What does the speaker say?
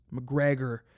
McGregor